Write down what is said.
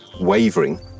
wavering